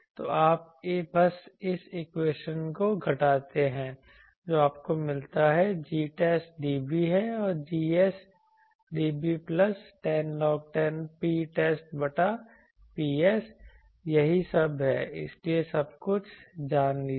तो आप बस इस इक्वेशन को घटाते हैं जो आपको मिलता है Gtest dB है Gs dB plus 10log10 Ptest बटा Ps यही सब है इसलिए सब कुछ जान लीजिए